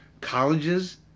colleges